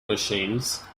machines